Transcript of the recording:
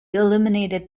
eliminated